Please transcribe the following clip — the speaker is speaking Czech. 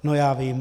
No, já vím.